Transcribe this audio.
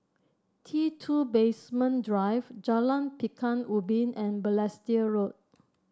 T two Basement Drive Jalan Pekan Ubin and Balestier Road